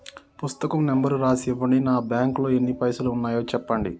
పుస్తకం నెంబరు రాసి ఇవ్వండి? నా బ్యాంకు లో ఎన్ని పైసలు ఉన్నాయో చెప్పండి?